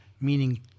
meaning